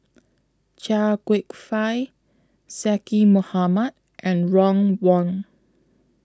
Chia Kwek Fah Zaqy Mohamad and Ron Wong